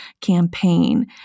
campaign